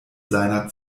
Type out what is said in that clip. seiner